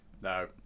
No